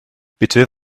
bitte